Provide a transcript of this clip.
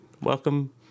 Welcome